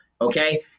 Okay